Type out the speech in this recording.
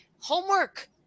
homework